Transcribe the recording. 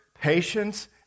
patience